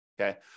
okay